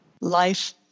Life